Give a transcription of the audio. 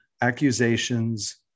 accusations